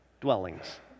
dwellings